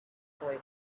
boy